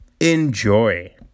enjoy